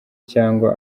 cyangwa